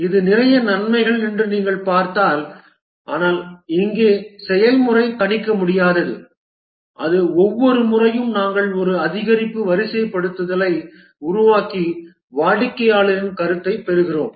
இது நிறைய நன்மைகள் என்று நீங்கள் பார்த்தீர்கள் ஆனால் இங்கே செயல்முறை கணிக்க முடியாதது அது ஒவ்வொரு முறையும் நாங்கள் ஒரு அதிகரிப்பு வரிசைப்படுத்தலை உருவாக்கி வாடிக்கையாளரின் கருத்தைப் பெறுகிறோம்